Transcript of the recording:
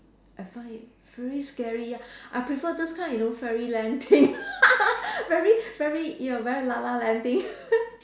I find it very scary ya I prefer those kind you know fairy land thing very very you know very la la land thing